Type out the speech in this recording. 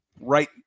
right